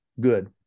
good